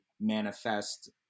manifest